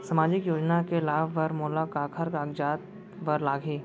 सामाजिक योजना के लाभ बर मोला काखर कागजात बर लागही?